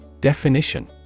Definition